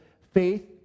faith